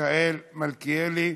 מיכאל מלכיאלי.